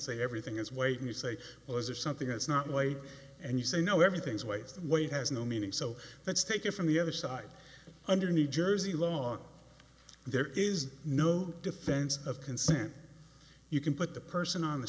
say everything is waiting you say well is there something that's not late and you say no everything's wasted weight has no meaning so let's take it from the other side under new jersey law there is no defense of consent you can put the person on the